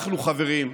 אנחנו, חברים,